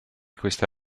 queste